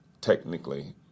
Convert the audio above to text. technically